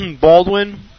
Baldwin